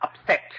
upset